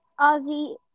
Ozzy